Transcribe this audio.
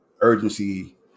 urgency